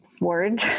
word